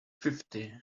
fifty